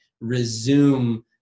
resume